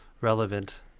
relevant